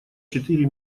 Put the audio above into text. четыре